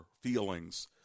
feelings